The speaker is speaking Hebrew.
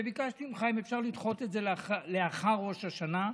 וביקשתי ממך אם אפשר לדחות את זה לאחר ראש השנה,